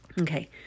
Okay